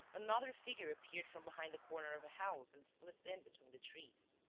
another figure appeared from behind the corner of a house and slipped in between the trees.